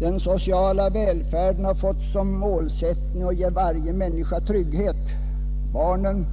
Den sociala välfärden har fått som målsättning att ge varje människa trygghet: barnen,